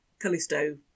Callisto